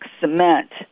cement